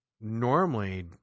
normally